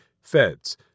feds